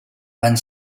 van